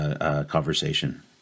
conversation